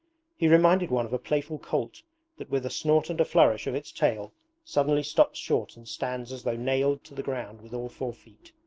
he reminded one of a playful colt that with a snort and a flourish of its tail suddenly stops short and stands as though nailed to the ground with all four feet.